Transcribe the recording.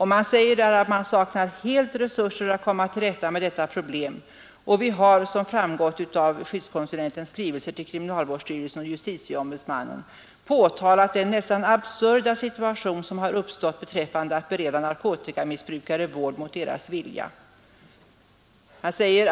Han säger vidare: ”Vi saknar helt resurser att komma till rätta med detta problem och vi har som framgått av ”— skyddskonsulentens — ”skrivelser till Kriminalvårdsstyrelsen och till Justitieombudsmannen påtalat den nästan absurda situation som har uppstått beträffande att bereda narkotikamissbrukare vård mot deras vilja.